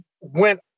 went